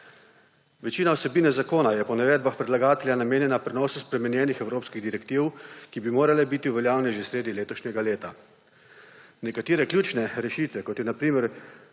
Večina vsebine zakona je po navedbah predlagatelja namenjena prenosu spremenjenih evropskih direktiv, ki bi morale biti uveljavljene že sredi letošnjega leta. Nekatere ključne rešitve, kot je na primer